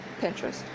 Pinterest